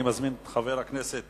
אני מזמין את חבר הכנסת